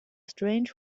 strange